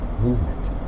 movement